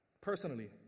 personally